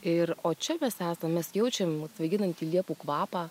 ir o čia mes esam mes jaučiam svaiginantį liepų kvapą